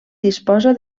disposa